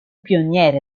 pioniere